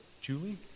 Julie